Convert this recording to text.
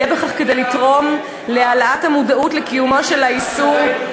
יהיה בכך כדי לתרום להעלאת המודעות לקיומו של האיסור,